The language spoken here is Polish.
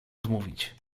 odmówić